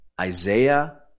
Isaiah